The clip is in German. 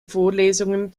vorlesungen